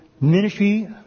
ministry